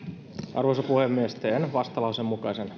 arvoisa puhemies teen vastalauseen yhden mukaisen